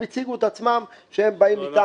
הם הציגו את עצמם שהם באים מטעם --- הוא לא מטעם.